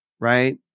right